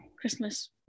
christmas